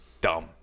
dumb